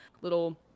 little